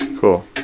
Cool